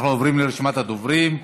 אנחנו עוברים לרשימת הדוברים.